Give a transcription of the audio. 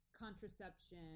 contraception